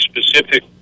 specific